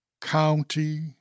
County